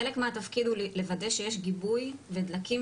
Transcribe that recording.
חלק מהתפקיד הוא לוודא שיש גיבוי ודלקים